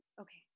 Okay